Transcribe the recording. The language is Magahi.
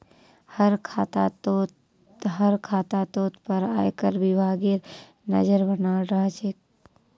हर खातातोत पर आयकर विभागेर नज़र बनाल रह छे